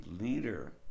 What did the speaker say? leader